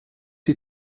sie